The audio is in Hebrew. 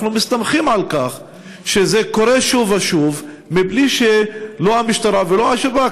אנחנו מסתמכים על כך שזה קורה שוב ושוב בלי שהמשטרה ובלי השב"כ,